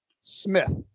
Smith